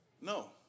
no